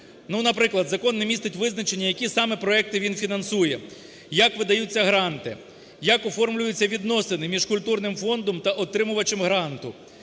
наприклад, закон не містить визначення, які саме проекти він фінансує, як видаються гранти, як оформлюються відносини між культурним фондом та отримувачем гранту,